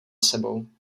sebou